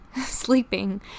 sleeping